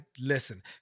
listen